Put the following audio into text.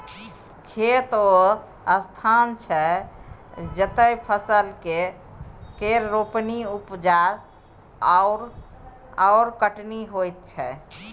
खेत ओ स्थान छै जतय फसल केर रोपणी, उपजा आओर कटनी होइत छै